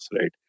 right